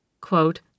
Quote